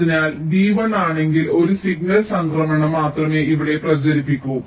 അതിനാൽ b 1 ആണെങ്കിൽ ഒരു സിഗ്നൽ സംക്രമണം മാത്രമേ ഇവിടെ പ്രചരിപ്പിക്കൂ